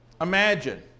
imagine